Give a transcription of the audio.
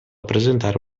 presentare